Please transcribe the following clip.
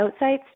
Outsights